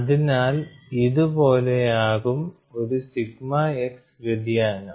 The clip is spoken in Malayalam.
അതിനാൽ ഇതുപോലെയാകും ഒരു സിഗ്മ x വ്യതിയാനം